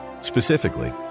Specifically